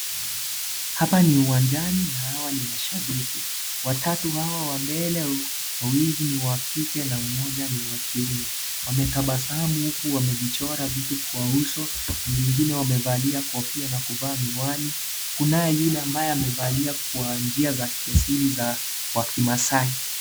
Hapa ni uwanjani na hawa ni mashabiki. Watatu hawa wa mbele wawili ni wa kike na mmoja ni wa kiume, wametabasamu huku wamejichora vitu kwa uso mwingine amevalia kofia na kuvalia miwani kunaye yule ambaye amevalia kwanjia za kiasili za wakimasai.